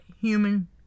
human